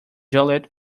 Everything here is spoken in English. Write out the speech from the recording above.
juliet